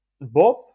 Bob